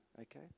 Okay